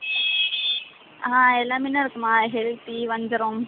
ஆ எல்லா மீனும் இருக்குமா கெளுத்தி வஞ்சிரம்